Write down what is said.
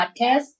podcast